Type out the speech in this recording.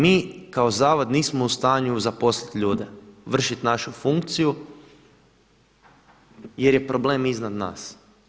Mi kao zavod nismo u stanju zaposliti ljude, vršiti našu funkciju jer je problem iznad nas.